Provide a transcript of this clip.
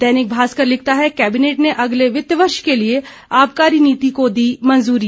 दैनिक भास्कर लिखता है कैबिनेट ने अगले वित्त वर्ष के लिये आबकारी नीति को दी मंजूरी